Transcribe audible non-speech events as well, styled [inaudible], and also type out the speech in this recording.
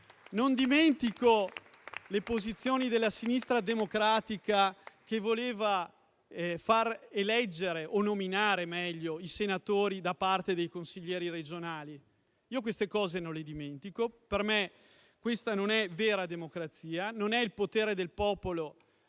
Non dimentico le posizioni della sinistra democratica che voleva far eleggere o, meglio, nominare i senatori da parte dei consiglieri regionali. [applause] Io queste cose non le dimentico. Per me questa non è vera democrazia. Non è il potere del popolo